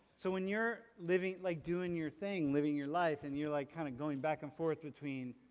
so when you're living, like doing your thing, living your life and you're like kind of going back and forth between